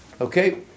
Okay